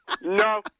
No